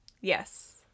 yes